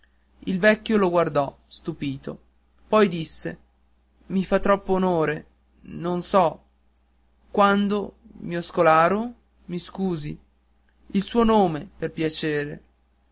il vecchio lo guardò stupito poi disse i fa troppo onore non so quando mio scolaro mi scusi il suo nome per piacere